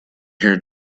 hear